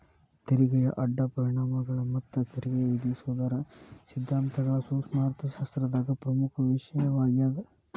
ತೆರಿಗೆಯ ಅಡ್ಡ ಪರಿಣಾಮಗಳ ಮತ್ತ ತೆರಿಗೆ ವಿಧಿಸೋದರ ಸಿದ್ಧಾಂತಗಳ ಸೂಕ್ಷ್ಮ ಅರ್ಥಶಾಸ್ತ್ರದಾಗ ಪ್ರಮುಖ ವಿಷಯವಾಗ್ಯಾದ